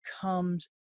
comes